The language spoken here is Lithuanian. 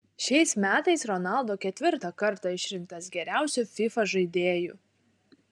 šiais metais ronaldo ketvirtą kartą išrinktas geriausiu fifa žaidėju